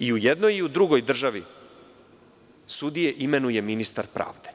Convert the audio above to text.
I u jednoj i u drugoj državi sudije imenuje ministar pravde,